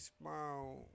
smile